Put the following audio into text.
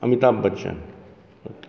Amitabh Bachchan